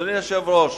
אדוני היושב-ראש,